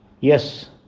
Yes